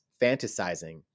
fantasizing